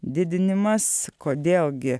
didinimas kodėl gi